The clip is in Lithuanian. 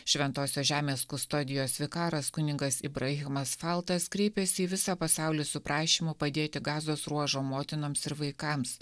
šventosios žemės kustodijos vikaras kunigas ibrahimas faltas kreipėsi į visą pasaulį su prašymu padėti gazos ruožo motinoms ir vaikams